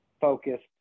focused